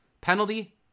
Penalty